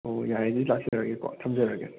ꯑꯣ ꯌꯥꯔꯦ ꯑꯗꯨꯗꯤ ꯂꯥꯛꯆꯔꯒꯦꯀꯣ ꯊꯝꯖꯔꯒꯦ